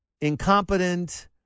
incompetent